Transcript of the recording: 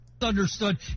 understood